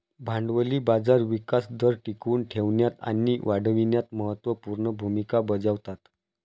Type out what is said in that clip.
भांडवली बाजार विकास दर टिकवून ठेवण्यात आणि वाढविण्यात महत्त्व पूर्ण भूमिका बजावतात